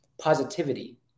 positivity